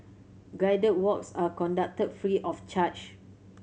guided walks are conducted free of charge